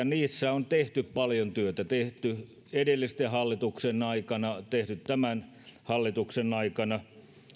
niissä on tehty paljon työtä tehty edellisten hallitusten aikana tehty tämän hallituksen aikana